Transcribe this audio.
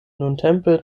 nuntempe